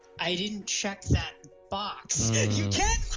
i didn't check that box. you can't